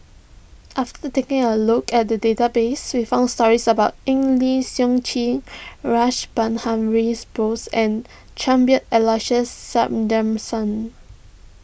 after taking a look at the database we found stories about Eng Lee Seok Chee Rash Behari's Bose and Cuthbert Aloysius